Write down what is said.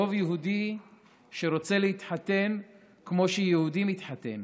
רוב יהודי שרוצה להתחתן כמו שיהודי מתחתן